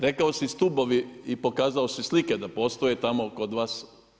Rekao si stubovi i pokazao si slike da postoje tamo kod vas.